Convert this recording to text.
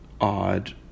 odd